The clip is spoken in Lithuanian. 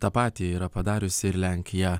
tą patį yra padariusi ir lenkija